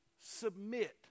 submit